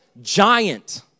giant